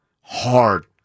Hard